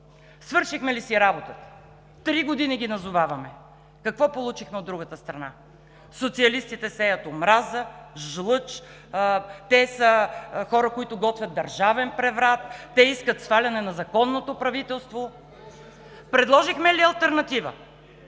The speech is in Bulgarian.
Свършихме ли си работата? Три години ги назоваваме, а какво получихме от другата страна: „Социалистите сеят омраза, жлъч; те са хора, които готвят държавен преврат; те искат сваляне на законното правителство.“ Предложихме ли алтернатива?